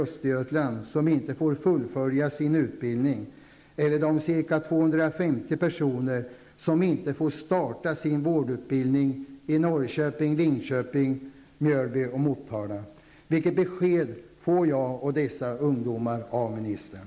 Östergötland som inte får fullfölja sin utbildning eller de ca 250 personer som inte får starta sin vårdutbildning i Norrköping, Linköping, Mjölby och Motala? Vilket besked får jag och dessa ungdomar av ministern?